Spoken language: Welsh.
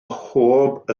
mhob